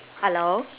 hello